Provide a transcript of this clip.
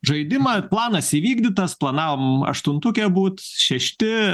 žaidimą planas įvykdytas planavom aštuntuke būt šešti